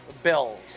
Bills